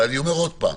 אבל אני אומר עוד פעם,